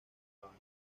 habana